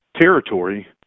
territory